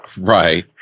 Right